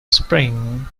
spring